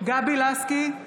גבי לסקי,